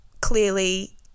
clearly